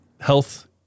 health